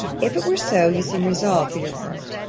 if it were so, you seem resolved, for your part,